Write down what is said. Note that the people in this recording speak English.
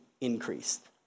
increased